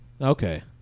Okay